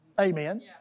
Amen